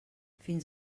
fins